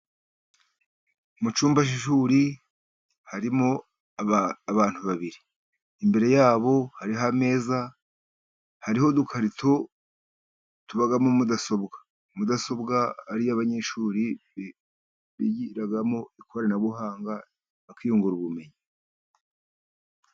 Mu cyumba cy'ishuri harimo abantu babiri imbere yabo hariho ameza, hariho udukarito tubamo mudasobwa. Mudasobwa ariyabanyeshuri bigiramo ikoranabuhanga bakiyungura ubumenyi.